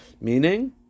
meaning